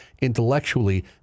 intellectually